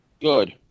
Good